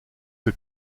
que